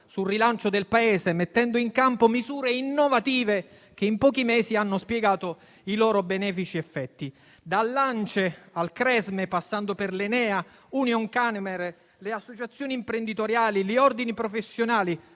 sul rilancio del Paese, mettendo in campo misure innovative che in pochi mesi hanno spiegato i loro benefici effetti. Dall'ANCE al CRESME, passando per l'ENEA, Unioncamere, le associazioni imprenditoriali, gli ordini professionali